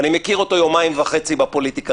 אני מכיר אותו יומיים וחצי בפוליטיקה.